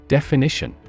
Definition